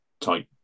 type